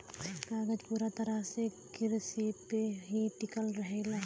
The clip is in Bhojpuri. कागज पूरा तरह से किरसी पे ही टिकल रहेला